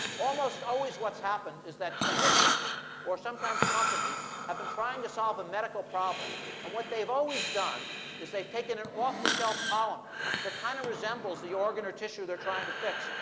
almost always, what's happened is that clinicians or sometimes companies have been trying to solve a medical problem. and what they've always done is they've taken an off the shelf polymer that kind of resembles the organ or tissue they're trying to fix,